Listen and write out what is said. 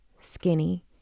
skinny